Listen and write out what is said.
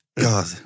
God